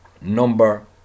number